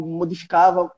modificava